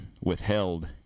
withheld